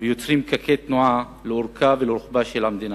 ויוצרים פקקי תנועה לאורכה ולרוחבה של המדינה,